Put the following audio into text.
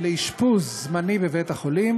לאשפוז זמני בבית-חולים,